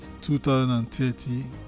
2030